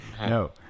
no